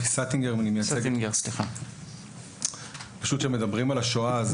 כאשר מדברים על השואה,